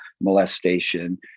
molestation